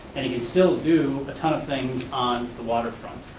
and you could still do a ton of things on the waterfront.